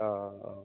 অঁ অঁ অঁ